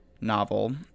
novel